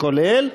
כולל,